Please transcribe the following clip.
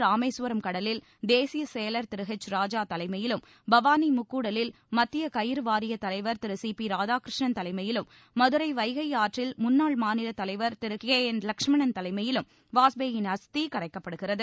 ராமேஸ்வரம் கடலில் தேசிய செயலர் திரு ஹெச் ராஜா தலைமையிலும் பவானி முக்கூடலில் மத்திய கயிறு வாரியத்தலைவர் திரு சி பி ராதாகிருஷ்ணன் தலைமயிலும் மதுரை வைகை ஆற்றில் முன்னாள் மாநிலத் தலைவர் திரு கே என் லஷ்மணன் தலைமையிலும் வாஜ்பேயின் அஸ்தி கரைக்கப்பட உள்ளது